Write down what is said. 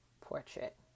portrait